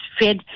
fed